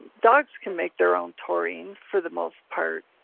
dogs can make their own taurine for the most part,